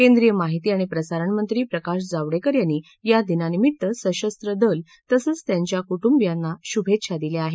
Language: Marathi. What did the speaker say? केंद्रीय माहिती आणि प्रसारणमंत्री प्रकाश जावडेकर यांनी या दिनानिमित्त सशस्त्र दल तसंच त्यांच्या कुटुंबियांना शुभेच्छा दिल्या आहेत